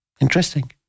Interesting